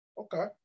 Okay